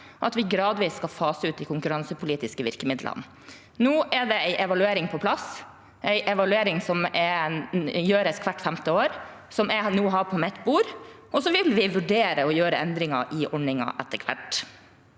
at vi gradvis skal fase ut de konkurransepolitiske virkemidlene. Nå er det gjort en evaluering, en evaluering som gjøres hvert femte år, og som nå ligger på mitt bord. Vi vil vurdere å gjøre endringer i ordningen etter hvert.